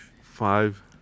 Five